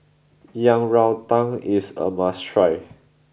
Yang Rou Tang is a must try